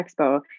Expo